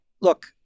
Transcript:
look